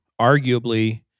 arguably